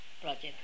project